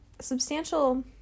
substantial